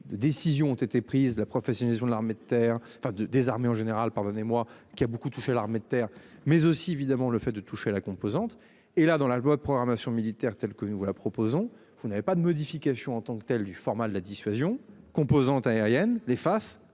de décisions ont été prises, la profession de l'armée de terre enfin de désarmer. En général, pardonnez-moi, qui a beaucoup touché l'armée de terre mais aussi évidemment le fait de toucher la composante et là dans la loi de programmation militaire telle que nous la proposons, vous n'avez pas de modification en tant que telle, du format de la dissuasion composante aérienne les fasse